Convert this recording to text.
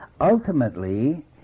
Ultimately